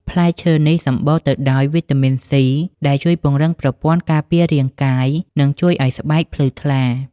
ផ្លែឈើនេះសំបូរទៅដោយវីតាមីន C ដែលជួយពង្រឹងប្រព័ន្ធការពាររាងកាយ និងជួយឱ្យស្បែកភ្លឺថ្លា។